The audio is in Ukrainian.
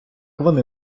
вони